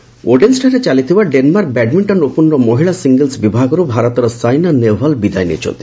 badminton ଓଡେନ୍ସଠାରେ ଚାଳିଥିବା Denmark badminton ଓପନର ମହିଳା ସିଙ୍ଗଲସ୍ ବିଭାଗରୁ ଭାରତର ସାଇନା ନେହେଓ୍ବାଲ୍ ବିଦାୟ ନେଇଛନ୍ତି